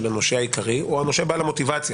הנושה העיקרי או הנושה בעל המוטיבציה,